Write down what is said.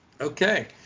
Okay